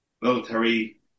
military